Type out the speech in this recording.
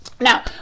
Now